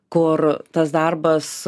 kur tas darbas